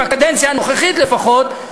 בקדנציה הנוכחית לפחות,